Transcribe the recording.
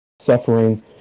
suffering